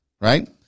right